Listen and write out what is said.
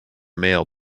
male